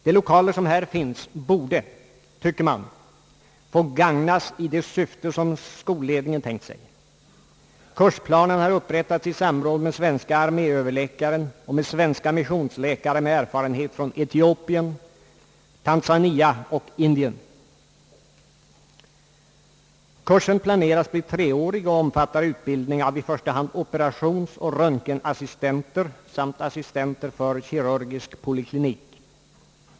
De lokaler som här finns borde, tycker man, få nyttjas i det syfte som skolledningen tänkt sig. Kursplanen har upprättats i samråd med svenske arméöverläkaren och med svenska missionsläkare med erfarenhet från Etiopien, Tanzania och Indien. Kursen planeras bli treårig och omfattar utbildning av i första hand operationsoch röntgenassistenter samt assistenter för kirurgisk poliklinik.